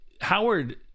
Howard